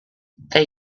they